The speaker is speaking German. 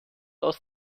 aus